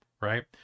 right